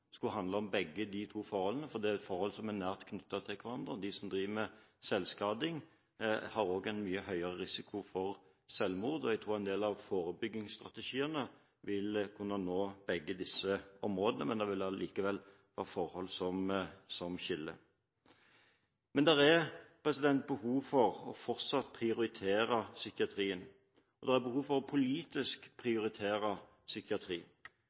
skulle handle om begge disse forholdene fordi det er forhold som er knyttet nært til hverandre. De som driver med selvskading, har også en mye høyere risiko for selvmord, og jeg tror en del av forebyggingsstrategiene vil kunne nå begge disse områdene, men det vil allikevel være forhold som skiller. Men det er fortsatt behov for å prioritere psykiatrien, og det er behov for politisk å